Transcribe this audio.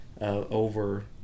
over